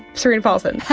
serena paulson.